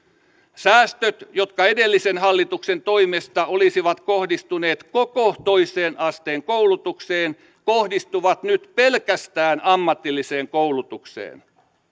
säästöt jotka edellisen hallituksen toimesta olisivat kohdistuneet koko toisen asteen koulutukseen kohdistuvat nyt pelkästään ammatilliseen koulutukseen